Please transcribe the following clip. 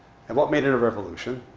and what made it a revolution